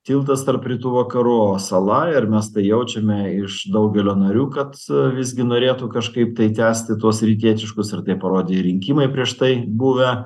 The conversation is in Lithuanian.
tiltas tarp rytų vakarų o sala ir mes tai jaučiame iš daugelio narių kad visgi norėtų kažkaip tai tęsti tuos rytietiškus ir tai parodė rinkimai prieš tai buvę